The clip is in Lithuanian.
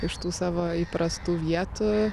iš tų savo įprastų vietų